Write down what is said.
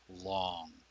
long